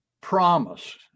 promise